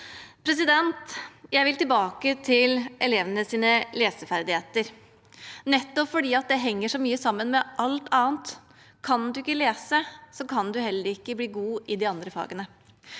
debatt. Jeg vil tilbake til elevenes leseferdigheter, nettopp fordi det henger så mye sammen med alt annet. Kan man ikke lese, kan man heller ikke bli god i de andre fagene.